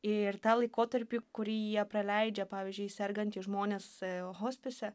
ir tą laikotarpį kurį jie praleidžia pavyzdžiui sergantys žmonės hospise